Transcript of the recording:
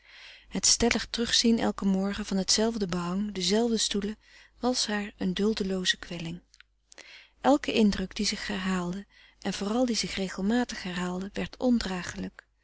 het stellig terugzien elken morgen van het zelfde behang dezelfde stoelen was haar een duldelooze kwelling elke indruk die zich herhaalde en vooral die zich regelmatig herhaalde werd ondragelijk